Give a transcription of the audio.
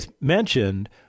mentioned